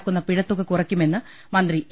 ക്കുന്ന പിഴത്തുക കുറയ്ക്കുമെന്ന് മന്ത്രി എ